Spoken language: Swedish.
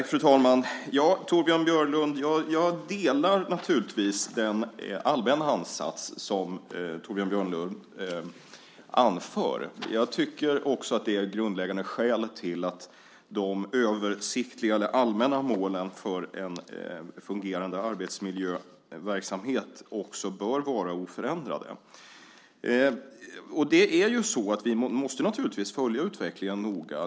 Fru talman! Torbjörn Björlund! Jag delar naturligtvis den allmänna ansats som Torbjörn Björlund anför. Jag tycker också att det är ett grundläggande skäl till att de översiktliga eller allmänna målen för en fungerande arbetsmiljöverksamhet bör vara oförändrade. Vi måste naturligtvis följa utvecklingen noga.